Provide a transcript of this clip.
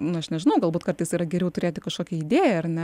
nu aš nežinau galbūt kartais yra geriau turėti kažkokią idėją ar ne